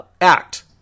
act